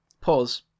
Pause